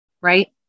right